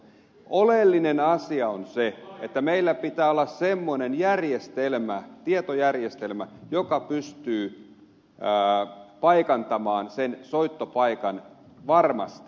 oleellinen asia on se että meillä pitää olla semmoinen tietojärjestelmä joka pystyy paikantamaan soittopaikan varmasti